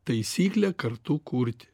taisyklę kartu kurti